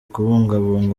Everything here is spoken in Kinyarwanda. kubungabunga